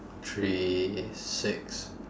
three six